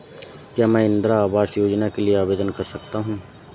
क्या मैं इंदिरा आवास योजना के लिए आवेदन कर सकता हूँ?